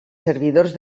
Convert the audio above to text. servidors